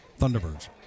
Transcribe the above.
Thunderbirds